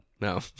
No